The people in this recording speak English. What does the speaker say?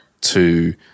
to-